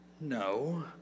No